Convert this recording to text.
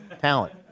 talent